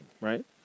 right